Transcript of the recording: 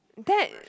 that